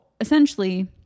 essentially